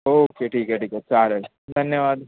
okay ठीक आहे ठीक आहे चालेल धन्यवाद